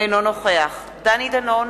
אינו נוכח דני דנון,